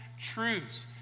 truths